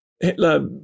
Hitler